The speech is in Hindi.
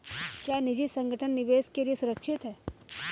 क्या निजी संगठन निवेश के लिए सुरक्षित हैं?